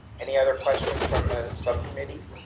any other questions from the subcommittee.